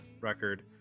record